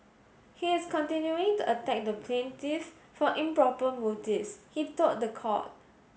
he is continuing to attack the plaintiff for improper motives he told the court